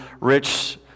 rich